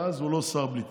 ואז הוא לא שר בלי תיק.